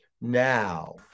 now